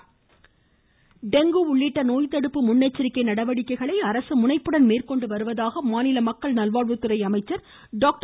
Vijayabaskar dengue உள்ளிட்ட நோய்த்தடுப்பு முன்னெச்சரிக்கை நடவடிக்கைகளை அரசு முனைப்புடன் மேற்கொண்டு வருவதாக மாநில மக்கள் நல்வாழ்வுத்துறை அமைச்சர் டாக்டர்